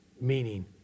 Meaning